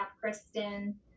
Kristen